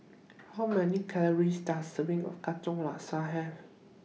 How Many Calories Does A Serving of Katong Laksa Have